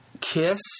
Kiss